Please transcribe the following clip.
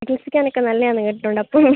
ചികിൽസിക്കാനൊക്കെ നല്ലതാണെന്ന് കേട്ടിട്ടുണ്ട് അപ്പം